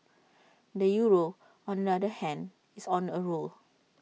the euro on the other hand is on A roll